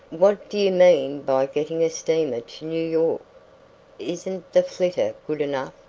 what do you mean by getting a steamer to new york? isn't the flitter good enough?